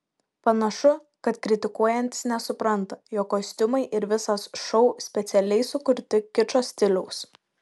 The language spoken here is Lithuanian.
panašu kad kritikuojantys nesupranta jog kostiumai ir visas šou specialiai sukurti kičo stiliaus